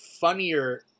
funnier